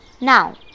Now